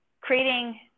creating